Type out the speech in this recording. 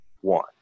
one